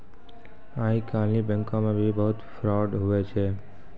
आइ काल्हि बैंको मे भी बहुत फरौड हुवै छै